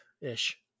ish